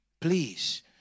Please